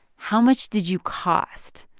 how much did you cost?